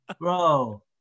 Bro